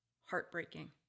heartbreaking